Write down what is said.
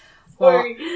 Sorry